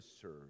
serve